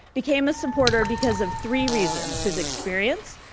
became a supporter because of three reasons his experience,